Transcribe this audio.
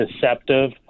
deceptive